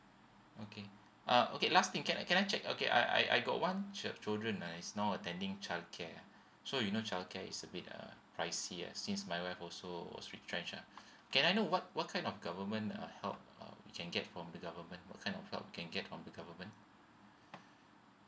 okay uh okay last thing can I can I check okay I I I got one child children ah she's now attending childcare so you know childcare is a bit uh pricey ah since my wife also was retrenched ah can I know what what kind of government uh help uh we can get from the government what kind of help we can get from the government